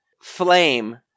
flame